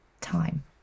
time